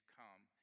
come